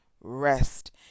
rest